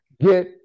get